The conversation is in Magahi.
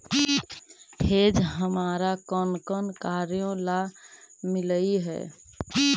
हेज हमारा कौन कौन कार्यों ला मिलई हे